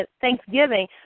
thanksgiving